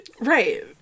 Right